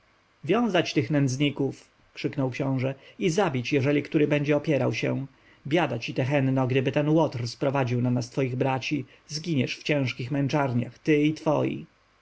wiązać tych nędzników krzyknął książę i zabić jeżeli który będzie opierał się biada ci tehenno gdyby ten łotr sprowadził na nas twoich braci zginiesz w ciężkich męczarniach ty i twoi